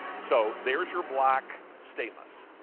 so there's your black stainless.